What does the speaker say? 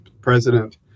President